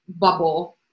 bubble